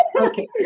Okay